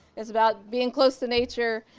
it's about being close to nature,